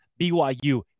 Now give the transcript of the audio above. BYU